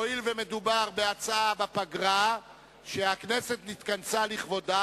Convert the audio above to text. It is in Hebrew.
הואיל ומדובר בהצעה בפגרה שהכנסת נתכנסה לכבודה,